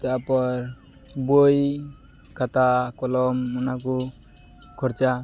ᱛᱟᱯᱚᱨ ᱵᱳᱭ ᱠᱷᱟᱛᱟ ᱠᱚᱞᱚᱢ ᱚᱱᱟ ᱠᱚ ᱠᱷᱚᱨᱪᱟ